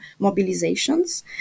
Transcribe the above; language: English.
mobilizations